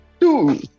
Two